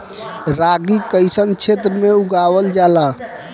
रागी कइसन क्षेत्र में उगावल जला?